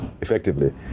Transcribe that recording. effectively